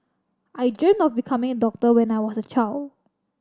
I dreamt of becoming a doctor when I was a child